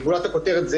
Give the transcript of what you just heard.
גולת הכותרת,